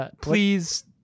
please